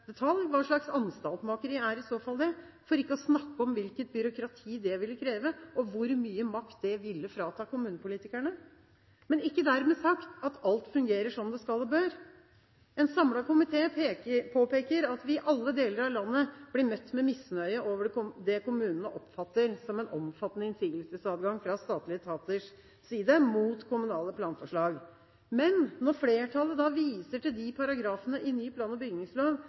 Hva slags anstaltmakeri er i så fall det? For ikke å snakke om hvilket byråkrati det ville kreve, og hvor mye makt det ville frata kommunepolitikerne. Men det er ikke dermed sagt at alt fungerer som det skal og bør. En samlet komité påpeker at vi i alle deler av landet blir møtt med misnøye over det kommunene oppfatter som en omfattende innsigelsesadgang fra statlige etaters side, mot kommunale planforslag. Men når flertallet viser til de paragrafene i ny plan- og bygningslov